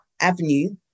avenue